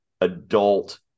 adult